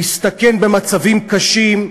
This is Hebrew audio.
להסתכן במצבים קשים.